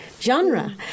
genre